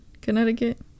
connecticut